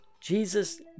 Jesus